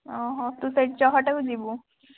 ତୁ ସେଇ ଚହଟାକୁ ଯିବୁ